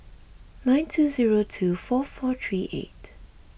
nine two zero two four four three eight